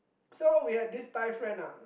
so we had this thai friend ah